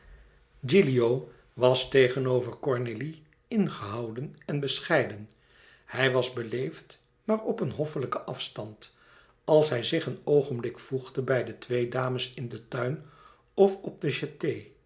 gilio was tegenover cornélie ingehouden en bescheiden hij was beleefd maar op een hoffelijken afstand als hij zich een oogenblik voegde bij de twee dames in den tuin of op de